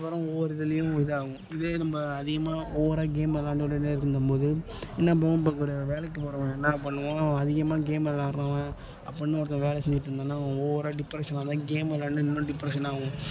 அப்பறம் ஒவ்வொரு இதுலேயும் இதாகும் இதே நம்ம அதிகமாக ஓவராக கேம் விளாண்டுட்டே இருந்தும் போது என்ன பண்ணுவோம் ஃபோன் பார்க்கறவன் வேலைக்கு போகிறவன் என்ன பண்ணுவான் அதிகமாக கேம் விளாட்றவன் அப்பிடின்னு ஒருத்தர் வேலை செஞ்சுட்டு இருந்தான்னா அவன் ஓவராக டிப்ரஸென் வந்தால் கேம் விளாண்டா இன்னும் டிப்ரஸென் ஆகும்